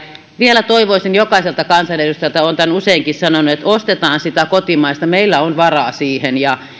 vielä toivoisin jokaiselta kansanedustajalta olen tämän useinkin sanonut että ostetaan sitä kotimaista meillä on varaa siihen